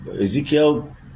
Ezekiel